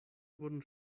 wurden